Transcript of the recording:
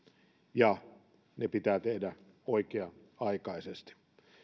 ja ne pitää tehdä oikea aikaisesti